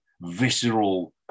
visceral